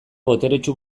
boteretsu